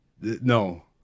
No